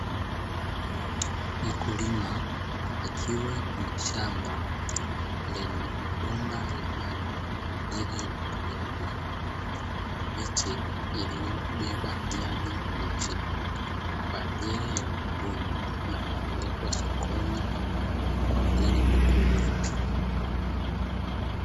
Mkulima akiwa kwenye shamba lenye mabomba ya maji kwa ajili ya umwagiliaji, na miche iliyobeba nyanya mbichi kwa ajili ya kuvunwa na kupelekwa sokoni kwa ajili ya kuuzwa.